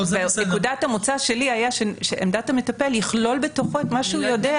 נקודת המוצא שלי הייתה שעמדת המטפל תכלול בתוכה את מה שהוא יודע.